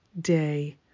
day